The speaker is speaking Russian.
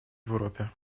европе